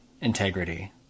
integrity